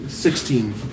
Sixteen